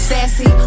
Sassy